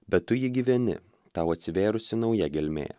bet tu jį gyveni tau atsivėrusi nauja gelmė